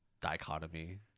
dichotomy